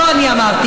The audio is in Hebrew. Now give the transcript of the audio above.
לא אני אמרתי,